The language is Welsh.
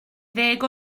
ddeg